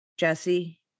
jesse